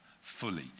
fully